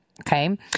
okay